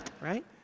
right